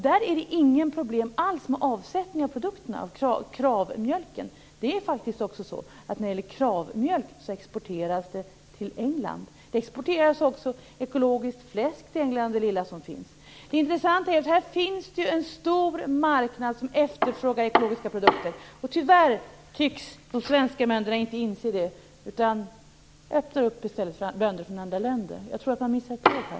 Där är det inget problem alls med avsättning av produkterna, dvs. KRAV-mjölken. KRAV-mjölk exporteras till England. Det exporteras också ekologiskt producerat fläsk till England, av det lilla som finns. Det intressanta är att det finns en stor marknad som efterfrågar ekologiska produkter. Tyvärr tycks de svenska bönderna inte inse det, utan man öppnar i stället för bönder i andra länder. Jag tror man missar ett tåg här.